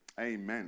amen